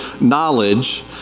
knowledge